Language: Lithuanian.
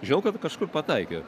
žinau kad kažkur pataikė